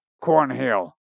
Cornhill